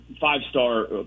five-star